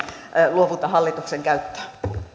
luovutan hallituksen käyttöön